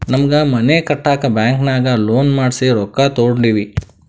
ನಮ್ಮ್ಗ್ ಮನಿ ಕಟ್ಟಾಕ್ ಬ್ಯಾಂಕಿನಾಗ ಲೋನ್ ಮಾಡ್ಸಿ ರೊಕ್ಕಾ ತೊಂಡಿವಿ